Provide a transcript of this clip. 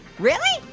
really?